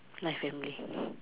my family